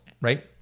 right